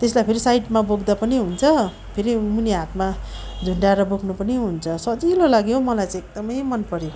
त्यसलाई फेरि साइडमा बोक्दा पनि हुन्छ फेरि मुनि हातमा झुन्ड्याएर बोक्नु पनि हुन्छ सजिलो लाग्यो मलाई चाहिँ एकदमै मनपऱ्यो